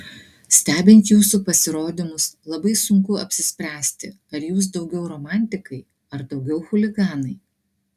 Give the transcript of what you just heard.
stebint jūsų pasirodymus labai sunku apsispręsti ar jūs daugiau romantikai ar daugiau chuliganai